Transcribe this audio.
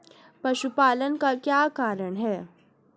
पशुपालन का क्या कारण है?